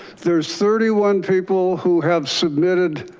there's thirty one people who have submitted.